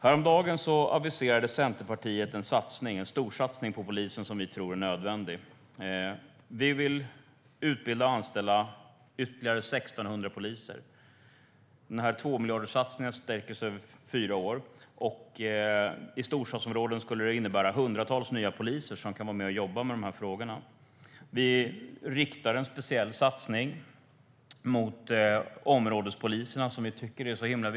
Häromdagen aviserade Centerpartiet en storsatsning på polisen som vi tror är nödvändig. Vi vill utbilda och anställa ytterligare 1 600 poliser. Det är en satsning på 2 miljarder som sträcker sig över fyra år. I storstadsområden skulle det innebära hundratals nya poliser som kan vara med och jobba med dessa frågor. Vi riktar en speciell satsning mot områdespoliserna, som vi tycker är så viktiga.